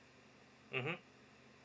mmhmm